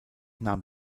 nahm